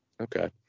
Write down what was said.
Okay